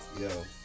Yo